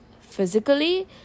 physically